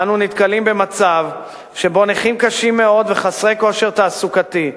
אנו נתקלים במצב שבו נכים קשים מאוד וחסרי כושר תעסוקתי,